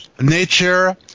nature